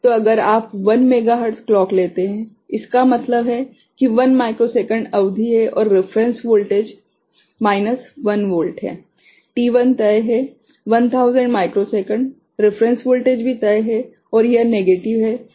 तो अगर आप 1 मेगाहर्ट्ज़ क्लॉक लेते हैं इसका मतलब है कि 1 माइक्रोसेकंड समय अवधि है और रेफरेंस वोल्टेज माइनस 1 वोल्ट है t1 तय है 1000 माइक्रोसेकंड रेफरेंस वोल्टेज भी तय है और यह नेगेटिव है